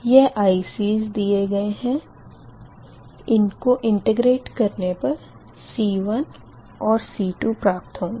यह ICs दिए गए है इनको इंटिग्रेट करने पर C1 और C2 प्राप्त होंगे